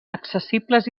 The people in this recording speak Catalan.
accessibles